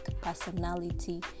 personality